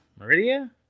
Meridia